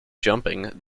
jumping